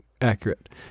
accurate